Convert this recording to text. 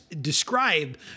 describe